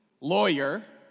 lawyer